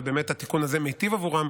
ובאמת התיקון הזה מיטיב עבורם,